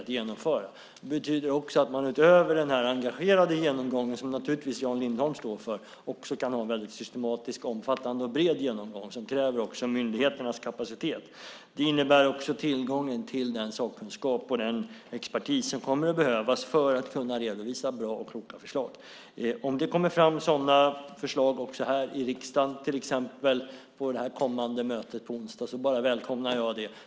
Det betyder också att man utöver den engagerade genomgång som Jan Lindholm står för också kan ha en systematisk, omfattande och bred genomgång som kräver myndigheternas kapacitet. Det innebär också att det finns tillgång till den sakkunskap och den expertis som kommer att behövas för att kunna redovisa bra och kloka förslag. Om det kommer fram sådana förslag också här i riksdagen till exempel på det kommande mötet på onsdag välkomnar jag det.